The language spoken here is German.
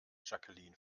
jacqueline